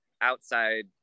outside